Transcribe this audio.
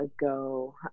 ago